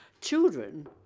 children